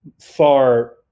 far